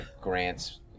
Grant's